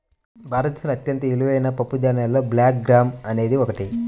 భారతదేశంలో అత్యంత విలువైన పప్పుధాన్యాలలో బ్లాక్ గ్రామ్ అనేది ఒకటి